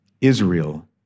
Israel